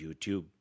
YouTube